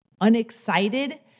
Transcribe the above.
unexcited